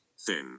thin